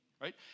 right